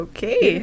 Okay